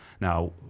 Now